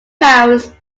pounds